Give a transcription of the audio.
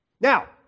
Now